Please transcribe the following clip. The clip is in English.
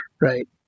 right